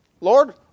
Lord